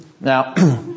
Now